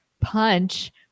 punch